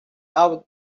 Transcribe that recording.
out